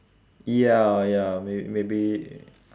ya ya may~ maybe